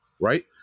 right